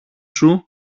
σου